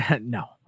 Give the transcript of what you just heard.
no